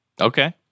Okay